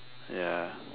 ya